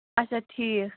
اَچھا ٹھیٖک